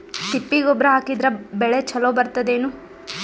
ತಿಪ್ಪಿ ಗೊಬ್ಬರ ಹಾಕಿದರ ಬೆಳ ಚಲೋ ಬೆಳಿತದೇನು?